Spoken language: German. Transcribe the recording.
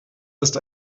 ist